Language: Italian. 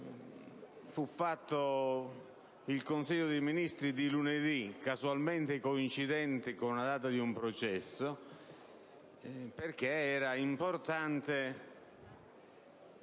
convocato il Consiglio dei ministri di lunedì, casualmente in coincidenza con la data di un processo, perché era importante